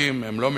ותיקים לא מתים,